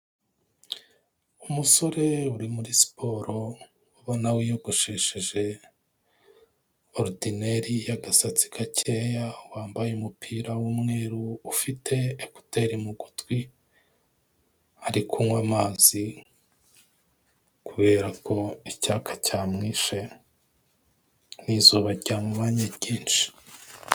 Umusore uri muri siporo, ubona wiyogosheje ordinaire y'agasatsi gakeya, wambaye umupira w'umweru, ufite ekuteri mu gutwi, ari kunywa amazi, kubera ko icyaka cyamwishe, n'izuba ryamubanye ryinshi.